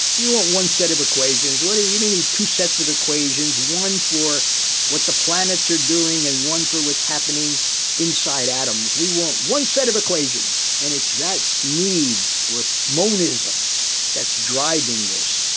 we want one set of equations, why do you need two sets of equations, one for what the planets are doing and one for what's happening inside atoms? we want one set of equations! and it's that need for monism that's driving this.